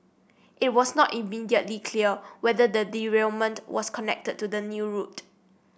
it was not immediately clear whether the derailment was connected to the new route